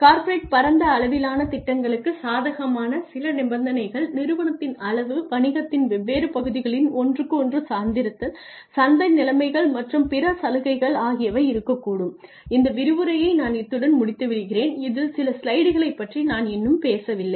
corporate பரந்த அளவிலான திட்டங்களுக்குச் சாதகமான சில நிபந்தனைகள் நிறுவனத்தின் அளவு வணிகத்தின் வெவ்வேறு பகுதிகளின் ஒன்றுக்கொன்று சார்ந்திருத்தல் சந்தை நிலைமைகள் மற்றும் பிற சலுகைகள் ஆகியவை இருக்கக்கூடும் இந்த விரிவுரையை நான் இத்துடன் முடித்துவிடுகிறேன் இதில் சில ஸ்லைடுகளை பற்றி நான் இன்னும் பேசவில்லை